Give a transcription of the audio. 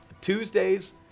Tuesdays